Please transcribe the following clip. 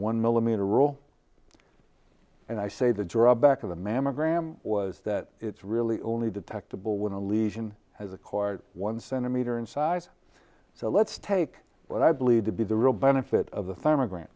one millimeter rule and i say the drawback of the mammogram was that it's really only detectable when a lesion has acquired one centimeter in size so let's take what i believe to be the real benefit of the thermal grant